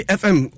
fm